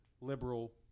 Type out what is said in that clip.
liberal